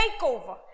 takeover